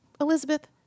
Elizabeth